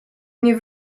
nie